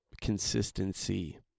consistency